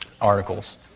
articles